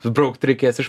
braukt reikės iš